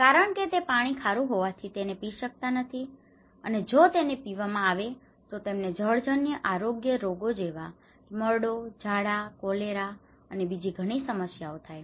કારણ કે તે પાણી ખારું હોવાથી તેને પી શકતા નથી અને જો તેને પીવામાં આવે તો તેમને જળજન્ય આરોગ્ય રોગો જેવા કે મરડો ઝાડા કોલેરા અને બીજી ઘણી સમસ્યાઓ થાય છે